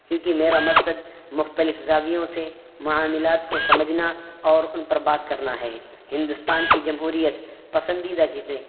کیونکہ میرا مقصد مختلف زاویوں سے معاملات کو سمجھنا اور ان پر بات کرنا ہے ہندوستان کی جمہوریت پسندیدہ چیزیں